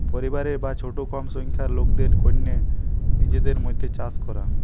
পরিবারের বা ছোট কম সংখ্যার লোকদের কন্যে নিজেদের মধ্যে চাষ করা